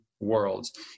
worlds